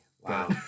Wow